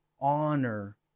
honor